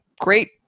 great